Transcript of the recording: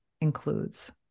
includes